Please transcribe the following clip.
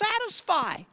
satisfy